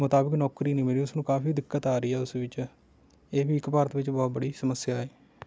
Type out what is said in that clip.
ਮੁਤਾਬਿਕ ਨੌਕਰੀ ਨਹੀਂ ਮਿਲੀ ਉਸ ਨੂੰ ਕਾਫੀ ਦਿੱਕਤ ਹੈ ਰਹੀ ਉਸ ਵਿੱਚ ਇਹ ਵੀ ਇੱਕ ਭਾਰਤ ਵਿਚ ਬਹੁਤ ਬੜੀ ਸਮੱਸਿਆ ਹੈ